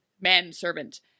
manservant